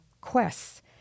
quests